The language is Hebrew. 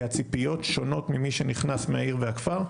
כי הציפיות שונות ממי שנכנס מהעיר והכפר,